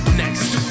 next